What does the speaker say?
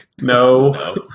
No